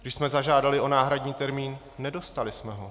Když jsme zažádali o náhradní termín, nedostali jsme ho.